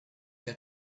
der